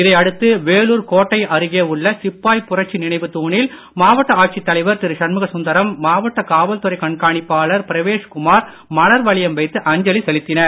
இதை அடுத்து வேலூர் கோட்டை அருகே உள்ள சிப்பாய் புரட்சி நினைவு தூணில் மாவட்ட ஆட்சித் தலைவர் திரு சண்முகசுந்தரம் மாவட்ட காவல்துறை கண்காணிப்பாளர் பிரவேஷ்குமார் மலர் வளையம் வைத்து அஞ்சலி செலுத்தினர்